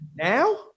Now